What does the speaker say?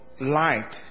light